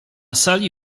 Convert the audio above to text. sali